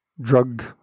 drug